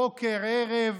בוקר וערב.